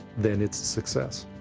then it's a success.